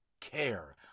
care